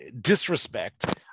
disrespect